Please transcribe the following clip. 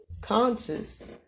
conscious